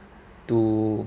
to